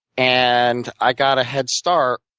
and i got a head start